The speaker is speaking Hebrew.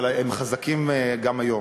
אבל הם חזקים גם היום.